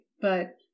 but—